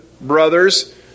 brothers